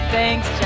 Thanks